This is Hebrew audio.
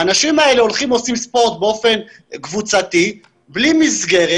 האנשים האלה עושים ספורט באופן קבוצתי ללא מסגרת,